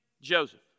Joseph